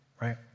right